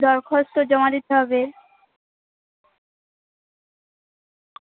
দরখস্ত জমা দিতে হবে